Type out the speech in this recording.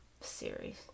series